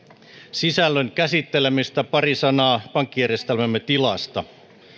sisällön käsittelemistä pari sanaa pankkijärjestelmämme tilasta